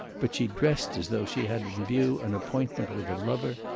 but she dressed as though she had in view an appointment with a lover,